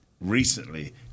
Recently